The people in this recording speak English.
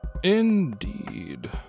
Indeed